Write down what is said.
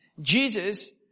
Jesus